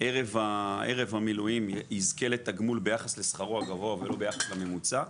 ערב המילואים יזכה לתגמול ביחס לשכרו הגבוה ולא ביחס לממוצע.